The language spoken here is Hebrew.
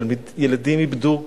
ילדים איבדו